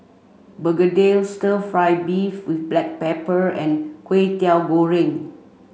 Begedil stir fry beef with black pepper and Kwetiau Goreng